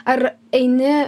ar eini